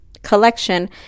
collection